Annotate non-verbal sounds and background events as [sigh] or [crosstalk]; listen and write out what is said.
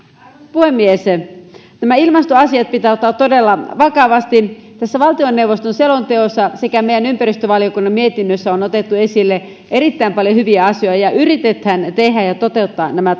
puhemies nämä ilmastoasiat pitää ottaa todella vakavasti tässä valtioneuvoston selonteossa sekä meidän ympäristövaliokunnan mietinnössä on otettu esille erittäin paljon hyviä asioita ja yritetään tehdä ja toteuttaa nämä [unintelligible]